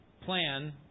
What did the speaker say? plan